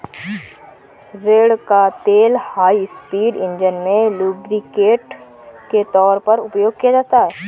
रेड़ का तेल high speed engine में लुब्रिकेंट के तौर पर उपयोग किया जाता है